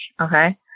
okay